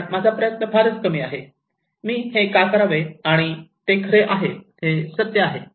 कारण माझा प्रयत्न फारच कमी आहे मी हे का करावे आणि ते खरे आहे ते सत्य आहे